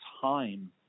time